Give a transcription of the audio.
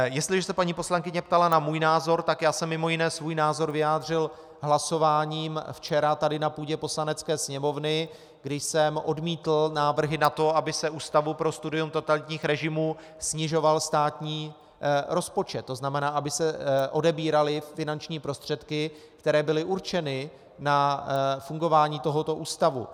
Jestliže se paní poslankyně ptala na můj názor, tak já jsem mj. svůj názor vyjádřil hlasováním včera tady na půdě Poslanecké sněmovny, kdy jsem odmítl návrhy na to, aby se Ústavu pro studium totalitních režimů snižoval státní rozpočet, tzn. aby se odebíraly finanční prostředky, které byly určeny na fungování tohoto ústavu.